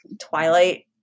Twilight